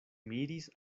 miris